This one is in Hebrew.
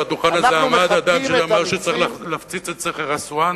על הדוכן הזה עמד אדם שאומר שצריך להפציץ את סכר אסואן,